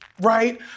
right